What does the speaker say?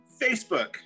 Facebook